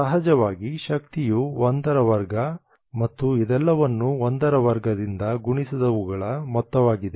ಸಹಜವಾಗಿ ಶಕ್ತಿಯು ಒಂದರ ವರ್ಗ ಮತ್ತು ಇದೆಲ್ಲವನ್ನು ಒಂದರ ವರ್ಗದಿಂದ ಗುಣಿಸಿದವುಗಳ ಮೊತ್ತವಾಗಿದೆ